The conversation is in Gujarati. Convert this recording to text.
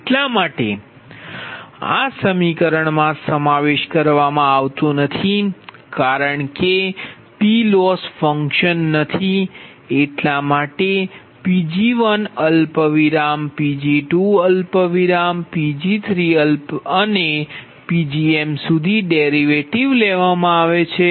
એટલા માટે આ સમીકરણ માં સમાવેશ કરવામાં આવતો નથી કારણ કે PLoss ફંકશન નથી એટલા માટે Pg1 Pg2 Pg3અને Pgm સુધી ડેરિવેટિવ લેવામાં આવે છે